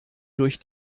durch